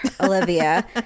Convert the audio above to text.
Olivia